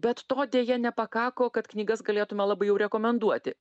bet to deja nepakako kad knygas galėtume labai jau rekomenduoti